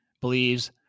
believes